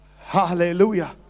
Hallelujah